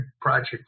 project